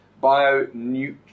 Bio